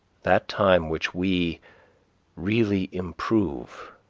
that time which we really improve,